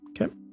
Okay